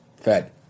fed